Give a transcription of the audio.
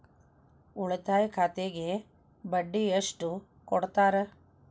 ಉಳಿತಾಯ ಖಾತೆಗೆ ಬಡ್ಡಿ ಎಷ್ಟು ಕೊಡ್ತಾರ?